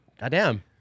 Goddamn